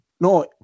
no